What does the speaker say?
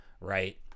right